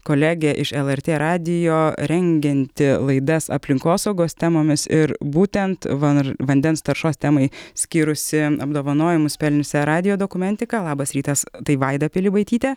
kolegė iš lrt radijo rengianti laidas aplinkosaugos temomis ir būtent van vandens taršos temai skyrusi apdovanojimus pelniusią radijo dokumentiką labas rytas tai vaida pilibaitytė